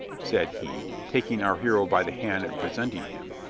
said he, taking our hero by the hand and presenting him,